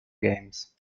games